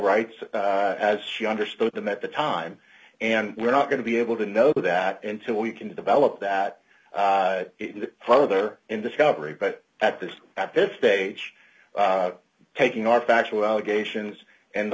rights as she understood them at the time and we're not going to be able to know that until we can develop that further in discovery but at this at this stage taking our factual allegations and the